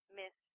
miss